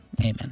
Amen